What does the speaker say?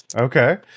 okay